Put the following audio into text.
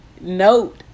Note